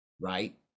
Right